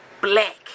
black